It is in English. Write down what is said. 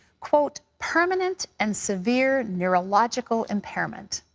quote, permanent and severe neurological impairment,